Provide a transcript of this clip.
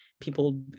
people